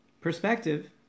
perspective